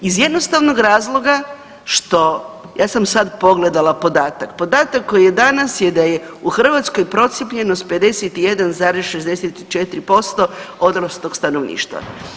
Iz jednostavnog razloga što, ja sam sad pogledala podatak, podatak koji je danas je da je Hrvatskoj procijepljenost 51,64% odraslog stanovništva.